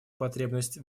потребность